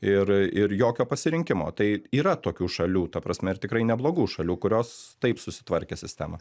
ir ir jokio pasirinkimo tai yra tokių šalių ta prasme ir tikrai neblogų šalių kurios taip susitvarkė sistemą